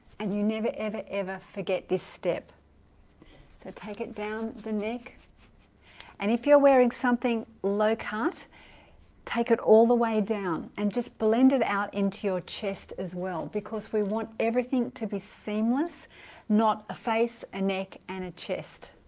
and you never ever ever forget this step so take it down the neck and if you're wearing something low-cut take it all the way down and just blend it out into your chest as well because we want everything to be seamless not a face a neck and a chest